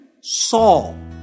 Saul